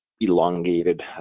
elongated